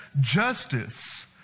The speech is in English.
justice